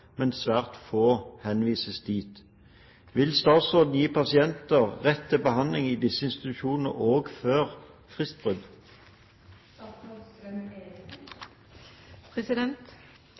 men svært få henvises dit. Vil statsråden gi pasientene rett til behandling i disse institusjonene også før